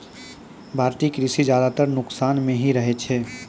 भारतीय कृषि ज्यादातर नुकसान मॅ ही रहै छै